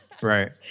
right